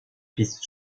vice